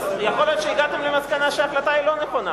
אז יכול להיות שהגעתם למסקנה שההחלטה היא לא נכונה,